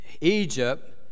Egypt